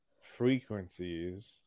frequencies